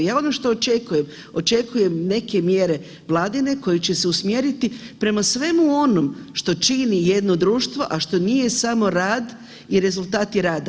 Ja ono što očekujem, očekujem neke mjere vladine koji će se usmjeriti prema svemu onom što čini jedno društvo, a što nije samo rad i rezultati rada.